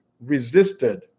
resisted